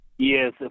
Yes